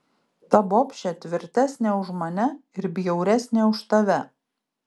ta bobšė tvirtesnė už mane ir bjauresnė už tave